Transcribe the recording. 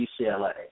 UCLA